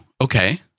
okay